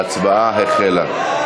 ההצבעה החלה.